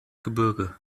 gebirge